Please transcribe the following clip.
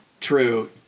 true